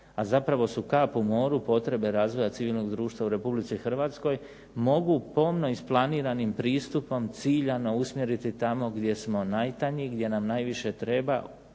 a zapravo su kap u moru potrebe razvoja civilnog društva u Republici Hrvatskoj mogu pomno isplaniranim pristupom ciljano usmjeriti tamo gdje smo najtanji, gdje nam najviše treba